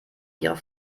ihrer